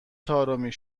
طارمی